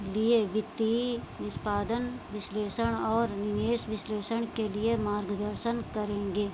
लिए वित्तीय निष्पादन विश्लेषण और निवेश विश्लेषण के लिए मार्गदर्शन करेंगे